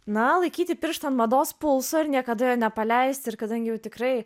na laikyti pirštą ant mados pulso ir niekada jo nepaleisti ir kadangi jau tikrai